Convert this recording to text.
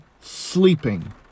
sleeping